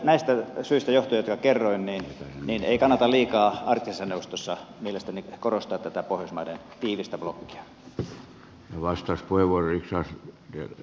näistä syistä johtuen jotka kerroin ei kannata liikaa arktisessa neuvostossa mielestäni korostaa tätä pohjoismaiden tiivistä blokkia